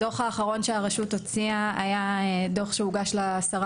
הדוח האחרון שהרשות הוציאה היה דוח שהוגש לשרה